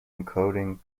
encoding